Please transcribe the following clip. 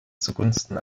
zugunsten